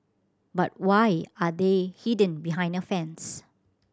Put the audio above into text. but why are they hidden behind a fence